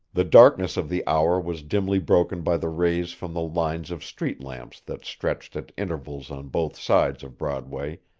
the darkness of the hour was dimly broken by the rays from the lines of street-lamps that stretched at intervals on both sides of broadway,